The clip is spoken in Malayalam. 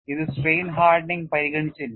ഇത് സ്ട്രെയിൻ ഹാർഡനിങ് പരിഗണിച്ചില്ല